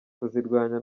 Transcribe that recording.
kuzirwanya